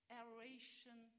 aeration